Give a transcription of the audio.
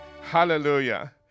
Hallelujah